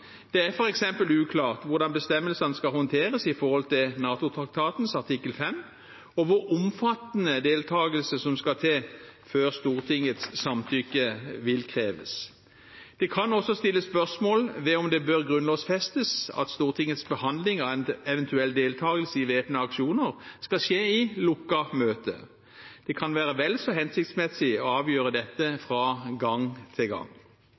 Det er f.eks. uklart hvordan bestemmelsene skal håndteres med tanke på NATO-traktatens artikkel 5, og hvor omfattende deltagelse som skal til før Stortingets samtykke vil kreves. Det kan også stilles spørsmål ved om det bør grunnlovfestes at Stortingets behandling av en eventuell deltagelse i væpnede aksjoner skal skje i lukket møte. Det kan være vel så hensiktsmessig å avgjøre dette fra gang til gang.